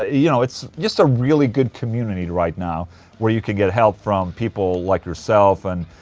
ah you know, it's just a really good community right now where you can get help from people like yourself and.